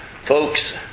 Folks